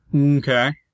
Okay